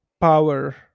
power